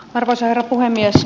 arvoisa herra puhemies